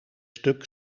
stuk